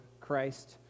Christ